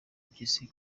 impyisi